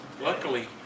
Luckily